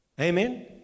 Amen